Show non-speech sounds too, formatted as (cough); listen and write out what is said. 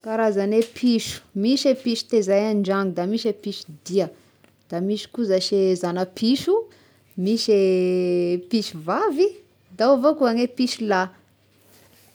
Karazagne piso: (noise) misy e piso tezay an-dragno da misy e piso dia, da misy koa za se zagny a piso, misy e piso vavy, da ao avao koa ny piso lahy.